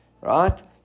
Right